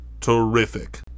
Terrific